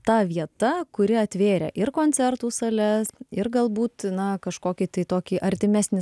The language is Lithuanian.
ta vieta kuri atvėrė ir koncertų sales ir galbūt na kažkokį tai tokį artimesnį